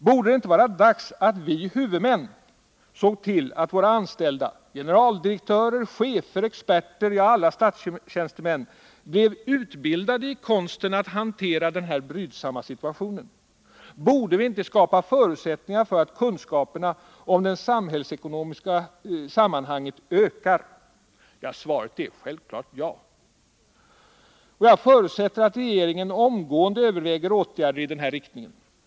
Borde det inte vara dags att vi huvudmän såg till att våra anställda — generaldirektörer, chefer, experter, ja, alla statstjänstemän — blev utbildade i 81 konsten att hantera den brydsamma situationen? Borde vi inte skapa förutsättningar för att kunskaperna om de samhällsekonomiska sammanhangen ökade? Svaret är självfallet ja. Jag förutsätter att regeringen omgående överväger åtgärder i den här riktningen.